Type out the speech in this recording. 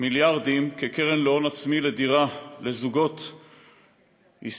מיליארדים כקרן להון עצמי לדירה לזוגות ישראל.